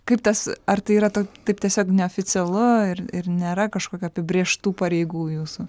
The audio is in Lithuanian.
kaip tas ar tai yra to taip tiesiog neoficialu ir ir nėra kažkokio apibrėžtų pareigų jūsų